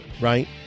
right